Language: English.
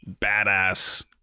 badass